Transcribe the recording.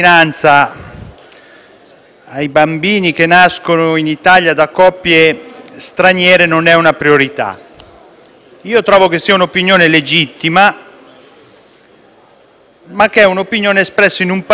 allora diventa un tema su cui mobilitare l'informazione, le Camere, il lavoro del Parlamento? La risposta è semplice: si usa la questione per cavalcare paure legittime